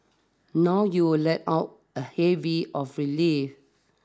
now you will let out a heavy of relief